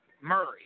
Murray